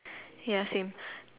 ya same